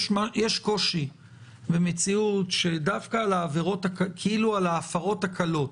יש קושי במציאות שדווקא על ההפרות הקלות